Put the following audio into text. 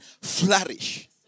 flourish